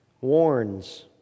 warns